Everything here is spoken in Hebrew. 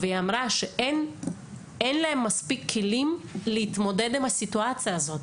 היא אמרה שאין להם מספיק כלים להתמודד עם הסיטואציה הזאת.